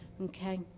Okay